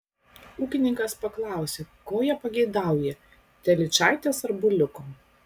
ūkininkas paklausė ko jie pageidaują telyčaitės ar buliuko